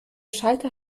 schalter